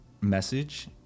message